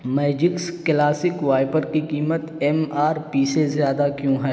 magics classic wiper کی قیمت M R P سے زیادہ کیوں ہے